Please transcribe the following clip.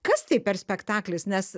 kas tai per spektaklis nes